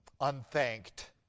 unthanked